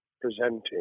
presenting